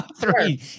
Three